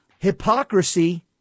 hypocrisy